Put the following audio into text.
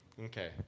Okay